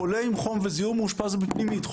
חולה עם חום וזיהום מאושפז בפנימית,